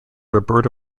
roberta